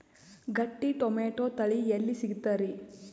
ಗಟ್ಟಿ ಟೊಮೇಟೊ ತಳಿ ಎಲ್ಲಿ ಸಿಗ್ತರಿ?